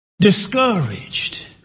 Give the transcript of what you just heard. discouraged